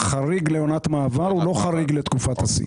הוא חריג לעונת מעבר, הוא לא חריג לתקופת השיא.